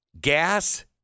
Gas